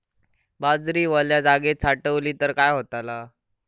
बाजरी वल्या जागेत साठवली तर काय होताला?